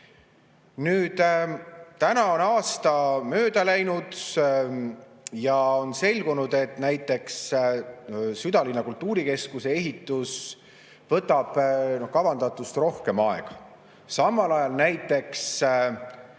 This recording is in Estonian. Nüüd on aasta mööda läinud ja on selgunud, et näiteks südalinna kultuurikeskuse ehitus võtab kavandatust rohkem aega, samal ajal näiteks